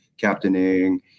captaining